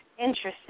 Interesting